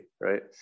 right